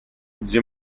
zio